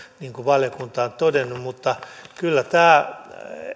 niin kuin valiokunta on todennut mutta kyllä tämä